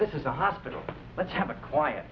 this is a hospital let's have a quiet